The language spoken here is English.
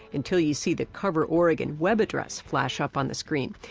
until you see the cover oregon web address flash up on the screen.